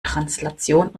translation